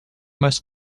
most